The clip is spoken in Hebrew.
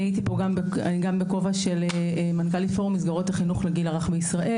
אני פה גם בכובע של מנכ"ל פורום מסגרות החינוך לגיל הרך בישראל.